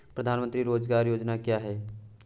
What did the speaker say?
प्रधानमंत्री रोज़गार योजना क्या है?